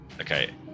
okay